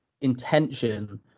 intention